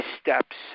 steps